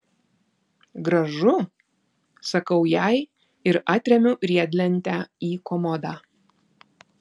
gražu sakau jai ir atremiu riedlentę į komodą